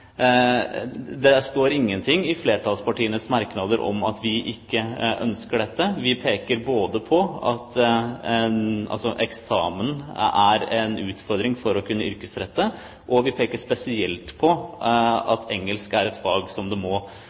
det står ingenting i flertallspartienes merknader om at vi ikke ønsker dette. Vi peker på at eksamen er en utfordring for å kunne yrkesrette, og vi peker spesielt på at engelsk er et fag det må